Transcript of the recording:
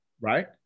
Right